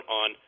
on